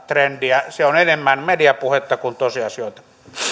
trendiä se on enemmän mediapuhetta kuin tosiasioita